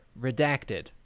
redacted